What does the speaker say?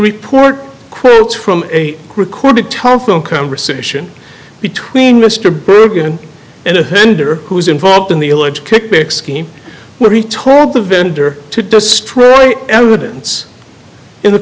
report quotes from a recorded telephone conversation between mr bergen and a tender who was involved in the alleged kickback scheme where he told the vendor to destroy evidence in the